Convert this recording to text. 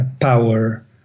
power